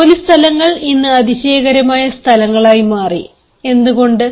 ജോലിസ്ഥലങ്ങൾ ഇന്ന് അതിശയകരമായ സ്ഥലങ്ങളായി മാറി എന്തുകൊണ്ട്